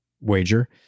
wager